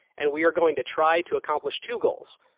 and we are going to try to accomplish two goals.